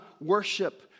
worship